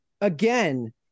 Again